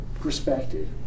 perspective